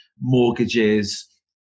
mortgages